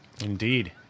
Indeed